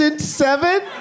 Seven